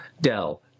Dell